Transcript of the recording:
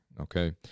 Okay